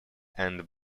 and